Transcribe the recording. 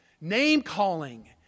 Name-calling